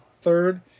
third